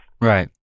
Right